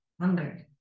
hunger